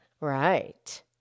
Right